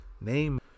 Name